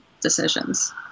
decisions